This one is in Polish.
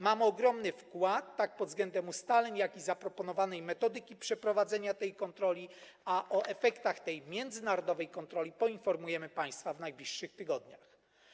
Mamy ogromny wkład tak pod względem ustaleń, jak i pod względem zaproponowanej metodyki przeprowadzenia tej kontroli, a o efektach tej międzynarodowej kontroli poinformujemy państwa w najbliższych tygodniach.